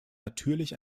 natürlich